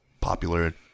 popular